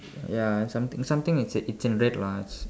ya something something it's it's in red words